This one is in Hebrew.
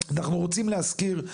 אנחנו רוצים להזכיר,